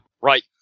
Right